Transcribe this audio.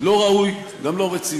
לא ראוי, וגם לא רציני.